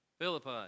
Philippi